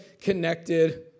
connected